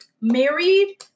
married